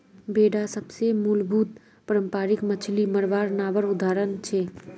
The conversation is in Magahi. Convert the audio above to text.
बेडा सबसे मूलभूत पारम्परिक मच्छ्ली मरवार नावर उदाहरण छे